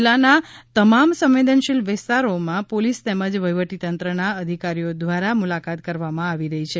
જિલ્લાના તમામ સંવેદનશીલ વિસ્તારોમાં પોલિસ તેમજ વહીવટી તંત્રના અધિકારીઓ દ્વારા મુલાકાત કરવામાં આવી રહી છે